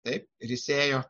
taip ir jis ėjo